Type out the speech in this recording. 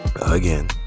Again